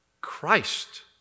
Christ